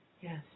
Yes